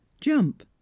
Jump